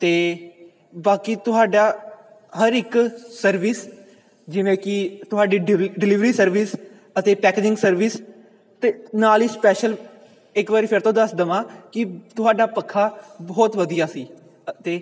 ਅਤੇ ਬਾਕੀ ਤੁਹਾਡਾ ਹਰ ਇੱਕ ਸਰਵਿਸ ਜਿਵੇਂ ਕਿ ਤੁਹਾਡੀ ਡਿਵਲ ਡਿਲੀਵਰੀ ਸਰਵਿਸ ਅਤੇ ਪੈਕਜਿੰਗ ਸਰਵਿਸ ਅਤੇ ਨਾਲ ਹੀ ਸਪੈਸ਼ਲ ਇੱਕ ਵਾਰੀ ਫਿਰ ਤੋਂ ਦੱਸ ਦੇਵਾਂ ਕਿ ਤੁਹਾਡਾ ਪੱਖਾ ਬਹੁਤ ਵਧੀਆ ਸੀ ਅਤੇ